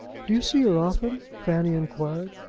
do you see her often? fanny inquired.